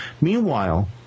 Meanwhile